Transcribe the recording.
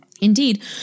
Indeed